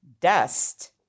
dust